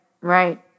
right